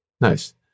Nice